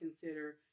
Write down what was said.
consider